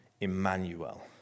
Emmanuel